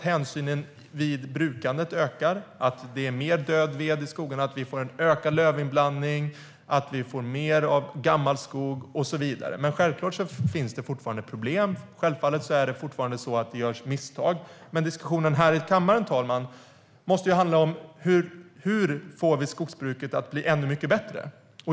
Hänsynen vid brukandet ökar. Det finns mer död ved i skogarna, och det blir en ökad lövinblandning. Det finns mer av gammal skog och så vidare. Självklart finns fortfarande problem, och självfallet görs fortfarande misstag. Men diskussionen i kammaren måste handla om hur vi får skogsbruket att bli ännu mycket bättre.